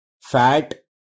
fat